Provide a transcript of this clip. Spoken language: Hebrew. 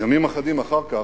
ימים אחדים אחר כך,